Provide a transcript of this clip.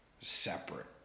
separate